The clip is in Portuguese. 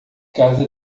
casa